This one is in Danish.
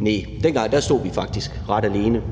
Næh, dengang stod vi faktisk ret alene.